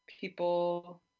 People